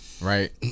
Right